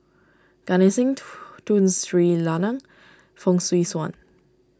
Gan Eng Seng Tun Sri Lanang Fong Swee Suan